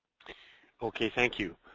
okay, thank you.